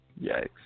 Yikes